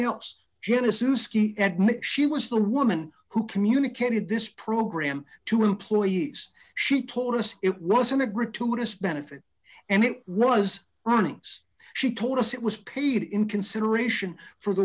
admission was the woman who communicated this program to employees she told us it wasn't a gratuitous benefit and it was running she told us it was paid in consideration for the